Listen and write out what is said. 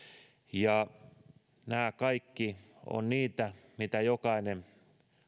nämä kaikki ovat niitä mitä jokainen